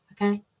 Okay